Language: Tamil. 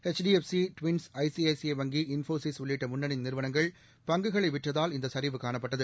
எச்டிஎஃப்சி டுவின்ஸ் ஐசிஐசிஐ வங்கி இன்போசிஸ் உள்ளிட்ட முன்னணி நிறுவனங்கள் பங்குகளை விற்றதால் இந்த சரிவு காணப்பட்டது